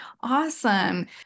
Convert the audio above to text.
Awesome